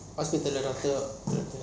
doctor